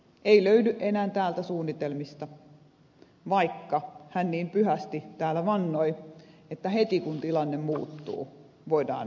ei löydy enää suunnitelmista vaikka hän niin pyhästi täällä vannoi että heti kun tilanne muuttuu voidaan palata asiaan